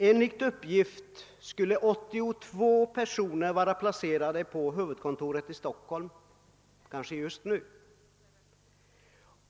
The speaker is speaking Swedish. Enligt uppgift skulle 82 personer vara placerade på huvudkontoret i Stockholm just nu.